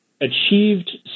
achieved